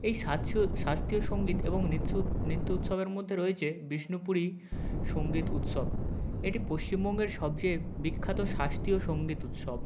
এই শাস্ত্রীয় সঙ্গীত এবং নৃত্য উৎসবের মধ্যে রয়েচে বিষ্ণুপুরী সঙ্গীত উৎসব এটি পশ্চিমবঙ্গের সবচেয়ে বিখ্যাত শাস্ত্রীয় সংগীত উৎসব